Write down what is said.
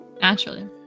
naturally